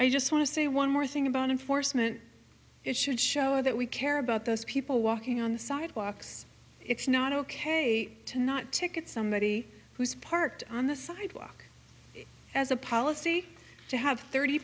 i just want to say one more thing about enforcement it should show that we care about those people walking on the sidewalks it's not ok to not ticket somebody who's parked on the sidewalk as a policy to have thirty